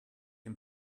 him